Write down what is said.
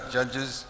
Judges